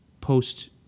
post